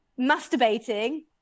masturbating